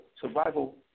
survival